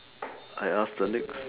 I ask the next